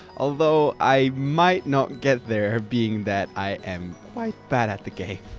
although i might not get there, being that i am quite bad at the game.